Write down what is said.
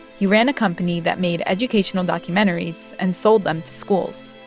he ran a company that made educational documentaries and sold them to schools